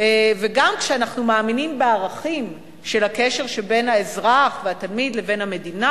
וגם כשאנחנו מאמינים בערכים של הקשר שבין האזרח והתלמיד לבין המדינה